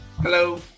Hello